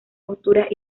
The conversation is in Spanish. posturas